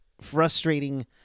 frustrating